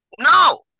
No